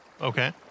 Okay